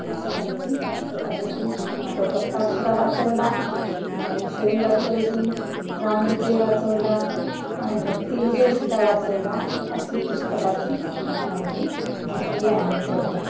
अशी त्यांची कथा होती पांडवप्रतापसुद्धा वाचवला ज्ञानेश्वरी वाचवली रामविजय वाचवला आणि भक्तीविजयसुदधा वाचवला अशी पुस्तकाची माहिती घेतली आहे आम्ही खरोखर